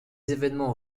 évènements